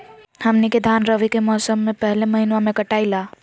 हमनी के धान रवि के मौसम के पहले महिनवा में कटाई ला